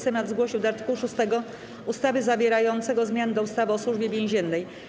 Senat zgłosił do art. 6 ustawy zawierającego zmiany do ustawy o Służbie Więziennej.